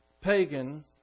pagan